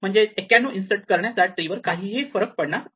म्हणजे 91 इन्सर्ट करण्याचा ट्री वर काहीही फरक पडणार नाही